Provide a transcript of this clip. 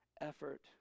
effort